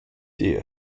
die